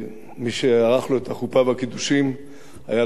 מי שערך לו את החופה והקידושין היה,